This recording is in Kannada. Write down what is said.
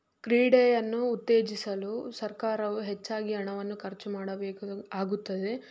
ಕ್ರೀಡೆಯನ್ನು ಉತ್ತೇಜಿಸಲು ಸರ್ಕಾರವು ಹೆಚ್ಚಾಗಿ ಹಣವನ್ನು ಖರ್ಚು ಮಾಡಬೇಕು ಆಗುತ್ತದೆ